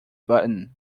button